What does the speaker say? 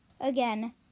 again